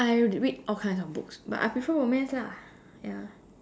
I read all kinds of books but I prefer romance lah ya